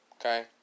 okay